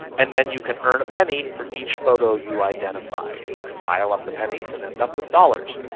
and then you can earn a penny for each photo you identify. and you can pile up the pennies and end up with dollars.